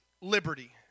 Liberty